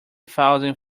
thousand